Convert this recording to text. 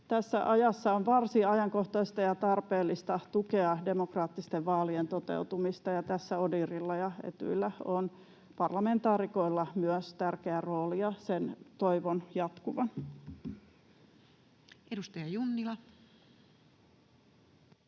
Tässä ajassa on varsin ajankohtaista ja tarpeellista tukea demokraattisten vaalien toteutumista, ja tässä ODIHRilla ja Etyjillä, parlamentaarikoilla, on myös tärkeää roolia. Sen toivon jatkuvan. Edustaja Junnila.